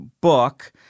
book